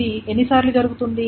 ఇది ఎన్నిసార్లు జరుగుతోంది